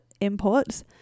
imports